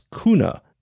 Kuna